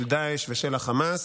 של דאעש ושל חמאס.